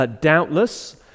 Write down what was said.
Doubtless